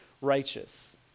Righteous